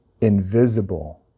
invisible